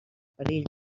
perill